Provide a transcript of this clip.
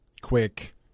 quick